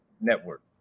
network